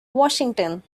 washington